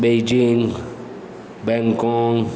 Beijing